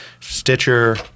stitcher